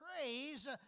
praise